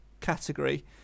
category